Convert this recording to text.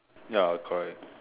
ya correct